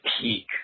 peak